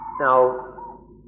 Now